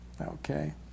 Okay